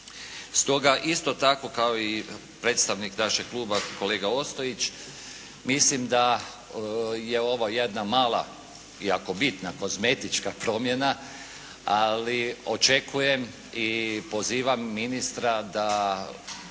Stoga, isto tako kao i predstavnik našeg kluba kolega Ostojić, mislim da je ovo jedna mala jako bitna kozmetička promjena. Ali očekujem i pozivam ministra da